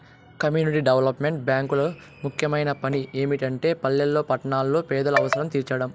community development బ్యేంకులు ముఖ్యమైన పని ఏమిటంటే పల్లెల్లో పట్టణాల్లో పేదల అవసరం తీర్చడం